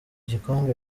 gikombe